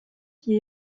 die